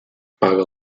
paga